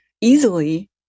easily